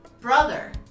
brother